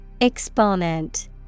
Exponent